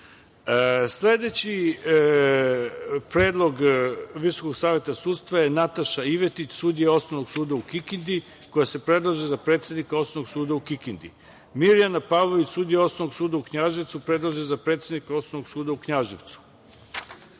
predlog Visokog saveta sudstva je Nataša Ivetić sudija Osnovnog suda u Kikindi, koja se predlaže za predsednika Osnovnog suda u Kikindi; Mirjana Pavlović sudija Osnovnog suda u Knjaževcu, predlaže se za predsednika Osnovnog suda u Knjaževcu;